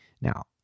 Now